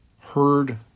heard